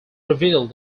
revealed